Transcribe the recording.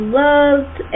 loved